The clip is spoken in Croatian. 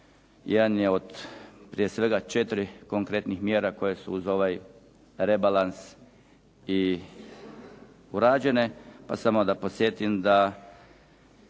jedan je od prije svega četiri konkretnih mjera koje su uz ovaj rebalans i urađene. Pa samo da podsjetim da